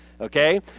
Okay